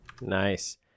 Nice